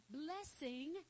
blessing